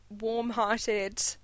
warm-hearted